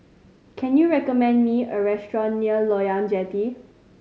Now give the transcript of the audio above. can you recommend me a restaurant near Loyang Jetty